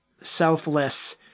selfless